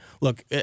look